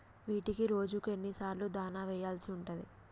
వీటికి రోజుకు ఎన్ని సార్లు దాణా వెయ్యాల్సి ఉంటది?